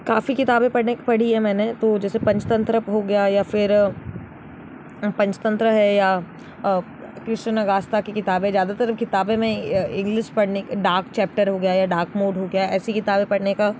काफ़ी किताबें पढ़ी है मैंने तो जैसे पंचतंत्र हो गया या फिर पंचतंत्र है या कृष्ण श्रीवास्तव की किताबे ज़्यादातर किताबों में इंग्लिश पढ़ने डार्क चैप्टर हो गया या डार्क मोड हो गया ऐसी किताबें पढ़ने का